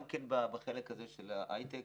גם כן בחלק הזה של ההיי-טק